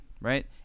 right